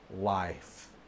life